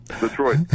Detroit